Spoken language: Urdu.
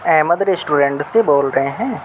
احمد ریسٹورنٹ سے بول رہے ہیں